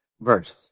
verse